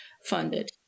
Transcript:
funded